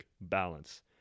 balance